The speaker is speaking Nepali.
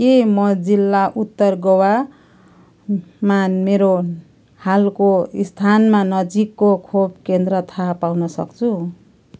के म जिल्ला उत्तर गोवामा मेरो हालको स्थानमा नजिकको खोप केन्द्र थाहा पाउनसक्छु